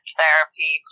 therapy